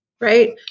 right